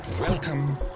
Welcome